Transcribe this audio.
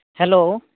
hello